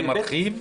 זה מרחיב?